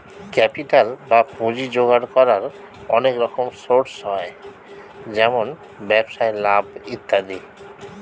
capital বা পুঁজি জোগাড় করার অনেক রকম সোর্স হয়, যেমন ব্যবসায় লাভ ইত্যাদি